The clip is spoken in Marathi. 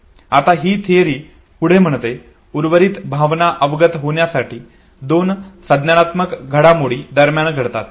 आता ही थिअरी पुढे म्हणते उर्वरित भावना अवगत होण्यासाठी दोन संज्ञानात्मक घडामोडी दरम्यान घडतात